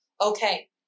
okay